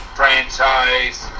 franchise